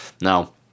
Now